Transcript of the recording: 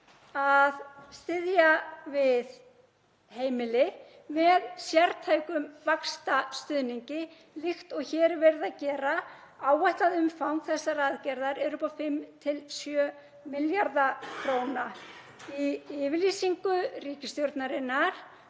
að styðja við heimilin með sértækum vaxtastuðningi líkt og hér er verið að gera. Áætlað umfang þessarar aðgerðar er upp á 5–7 milljarða kr. Í yfirlýsingu ríkisstjórnarinnar